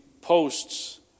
posts